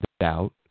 doubt